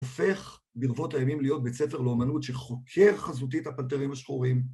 הופך ברבות הימים להיות בית ספר לאומנות שחוקר חזותית את הפנתרים השחורים.